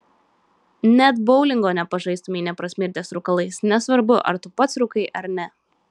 net boulingo nepažaistumei neprasmirdęs rūkalais nesvarbu ar tu pats rūkai ar ne